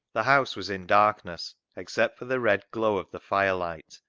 the house was in darkness except for the red glow of the fire-light,